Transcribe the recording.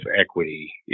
equity